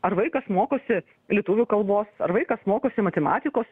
ar vaikas mokosi lietuvių kalbos ar vaikas mokosi matematikos